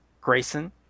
Grayson